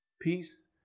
Peace